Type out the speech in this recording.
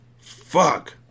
Fuck